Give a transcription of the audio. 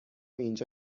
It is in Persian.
اینجا